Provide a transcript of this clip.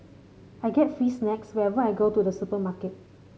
I get free snacks whenever I go to the supermarket